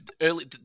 early